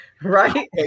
right